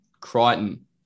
Crichton